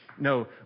No